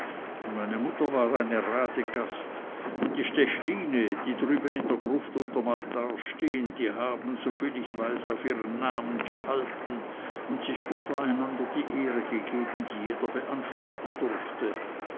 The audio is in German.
meine mutter war eine radegast und die stechline die drüben in der gruft unterm altar stehn die haben soviel ich weiß auf ihren namen gehalten und sich untereinander die ehre gegeben die jeder beanspruchen durfte